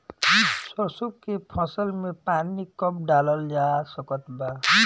सरसों के फसल में पानी कब डालल जा सकत बा?